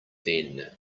then